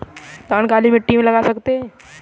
धान काली मिट्टी में लगा सकते हैं?